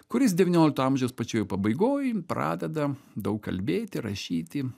kuris devyniolikto amžiaus pačioje pabaigoj pradeda daug kalbėti rašyti